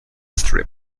strip